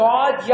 God